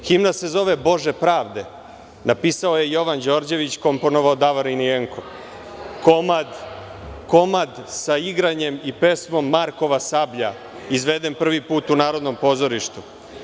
Himna se zove "Bože pravde", napisao je Jovan Đorđević, komponovao Davorin Jenko, komad sa igranjem i pesmom "Markova sablja", izveden prvi put u Narodnom pozorištu.